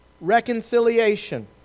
Reconciliation